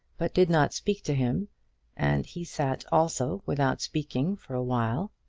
but did not speak to him and he sat also without speaking for a while,